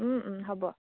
ও ও হ'ব